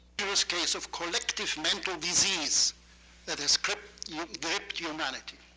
this case of collective mental disease that has gripped gripped humanity.